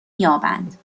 یابند